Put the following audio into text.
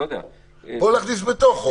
פה להכניס בתוכו.